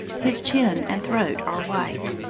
his chin and throat are white.